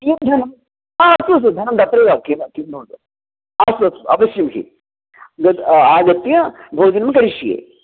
कियद् धनं हा अस्तु अस्तु धनं तत्रैव किम किं महोदयाः हा अस्तु अस्तु अवश्यं हि गत् आगत्य भोजनं करिष्ये